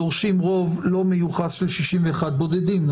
דורשים רוב לא מיוחס של 61. הם בודדים,